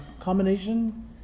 combination